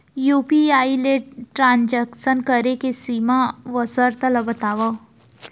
UPI ले transaction करे के सीमा व शर्त ला बतावव?